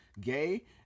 gay